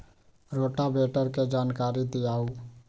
Rotavator के जानकारी दिआउ?